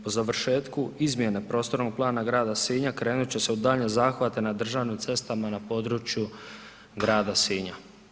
Po završetku izmjene Prostornog plana grada Sinja krenut će se u daljnje zahvate na državnim cestama na području grada Sinja.